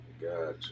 gotcha